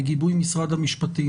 בגיבוי משרד המשפטים,